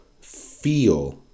feel